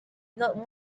not